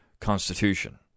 Constitution